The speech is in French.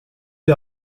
est